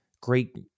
great